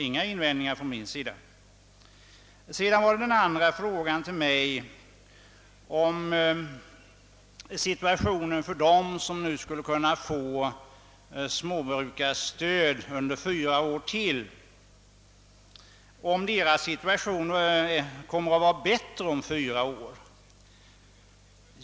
Inga invändningar från min sida i så fall! Den andra frågan som riktades till mig gällde om situationen för dem, som nu skulle kunna få småbrukarstöd under ytterligare fyra år, kommer att vara bättre efter den tiden.